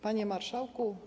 Panie Marszałku!